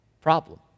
problem